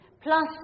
plus